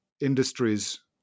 industries